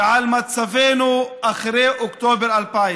ומצבנו אחרי אוקטובר 2000: